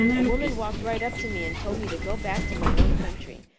a woman walked right up to me and told me to go back to my own country.